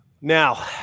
Now